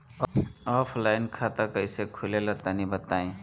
Offline खाता कइसे खुले ला तनि बताई?